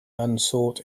unsought